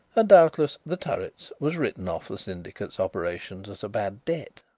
and doubtless the turrets was written off the syndicate's operations as a bad debt.